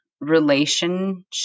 relationship